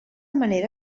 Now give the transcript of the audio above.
manera